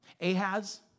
Ahaz